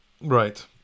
Right